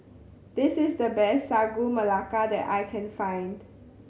this is the best Sagu Melaka that I can find